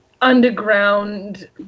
underground